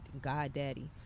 goddaddy